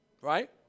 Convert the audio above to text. Right